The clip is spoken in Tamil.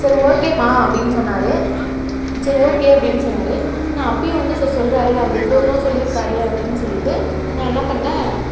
சரி ஓகேமா அப்படினு சொன்னார் சரி ஓகே அப்படினு சொன்னார் நான் அப்போயும் வந்து சரி சொல்கிறாரே அவர் இவ்வளோ தூரம் சொல்லியிருக்காரே அப்படினு சொல்லிட்டு நான் என்ன பண்ணிணேன்